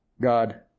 God